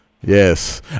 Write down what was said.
Yes